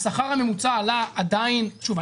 שהשכר הממוצע עלה שוב,